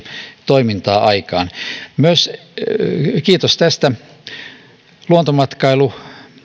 toimintaa aikaan kiitos myös tästä